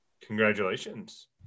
Congratulations